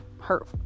hurt